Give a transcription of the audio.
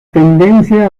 tendencia